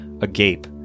agape